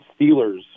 Steelers